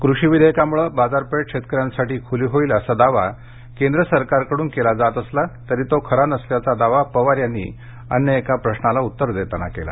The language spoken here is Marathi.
कृषी विधेयकामुळं बाजारपेठ शेतकऱ्यांसाठी खुली होईल असा दावा केंद्र सरकारकडून केला जात असला तरी तो खरा नसल्याचा दावा पवार यांनी अन्य एका प्रश्नाला उत्तर देताना केला